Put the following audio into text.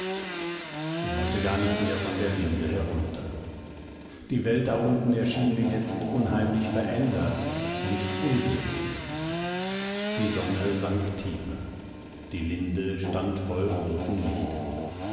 ich wollte gar nicht mehr von der linde herunter die welt da unten erschien mir jetzt unheimlich verändert und unsicher die sonne sank tiefer die linde stand voll roten lichtes